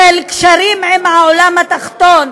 של קשרים עם העולם התחתון,